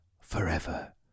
forever